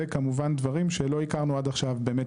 וכמובן דברים שלא הכרנו עד עכשיו באמת,